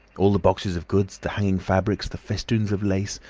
all the boxes of goods, the hanging fabrics, the festoons of lace,